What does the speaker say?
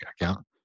account